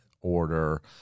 order